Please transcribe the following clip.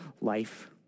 life